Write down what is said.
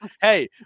Hey